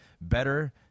Better